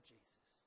Jesus